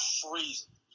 freezing